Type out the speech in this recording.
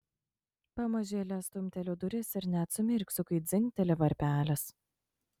pamažėle stumteliu duris ir net sumirksiu kai dzingteli varpelis